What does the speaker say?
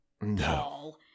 No